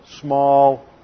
small